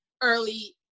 early